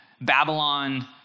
Babylon